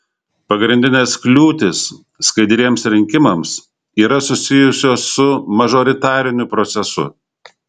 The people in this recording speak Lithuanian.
pagrindinės kliūtys skaidriems rinkimams yra susijusios su mažoritariniu procesu